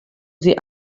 sie